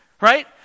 right